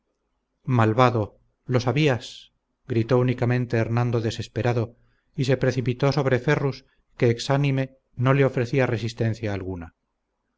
malvado lo sabías gritó únicamente hernando desesperado y se precipitó sobre ferrus que exánime no le ofrecía resistencia alguna